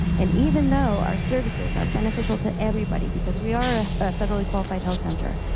and even though our services are beneficial to everybody because we are a federally qualified health center,